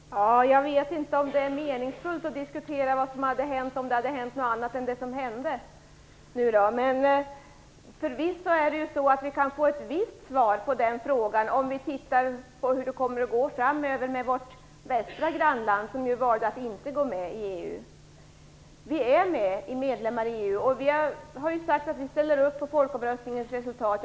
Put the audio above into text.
Herr talman! Jag vet inte om det är meningsfullt att diskutera vad som skulle ha hänt om det hade hänt någonting annat än det som hände. Förvisso kan vi få ett visst svar på den frågan om vi tittar på hur det kommer att gå framöver för vårt västra grannland, som ju valde att inte gå med i EU. Vi är medlemmar i EU, och vi har sagt att vi ställer upp på folkomröstningens resultat.